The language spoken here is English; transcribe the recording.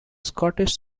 scottish